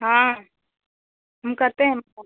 हाँ हम करते हैं